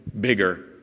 bigger